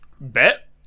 bet